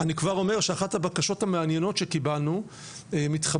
אני כבר אומר שאחת הבקשות המעניינות שקיבלנו מתחברת